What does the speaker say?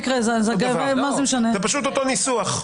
זה פשוט אותו ניסוח.